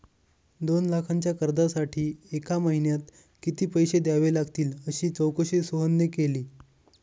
दोन लाखांच्या कर्जासाठी एका महिन्यात किती पैसे द्यावे लागतील अशी चौकशी सोहनने केली